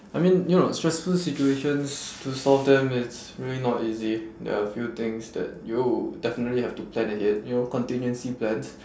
I mean you know stressful situations to solve them it's really not easy there're few things that you would definitely have to plan ahead you know contingency plans